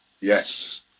Yes